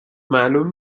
معلوم